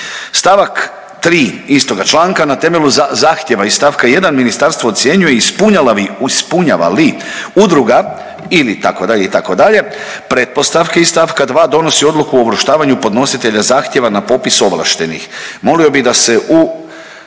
St. 3. istoga članka na temelju zahtjeva iz st. 1. ministarstvo ocjenjuje ispunjava li udruga ili itd., itd. pretpostavke iz st. 2. donosi odluku o uvrštavanju podnositelja zahtjeva na popis ovlaštenih. Molio bi da se u